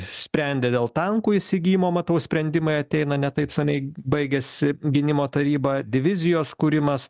sprendė dėl tankų įsigijimo matau sprendimai ateina ne taip seniai baigėsi gynimo taryba divizijos kūrimas